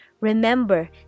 Remember